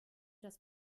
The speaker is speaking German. das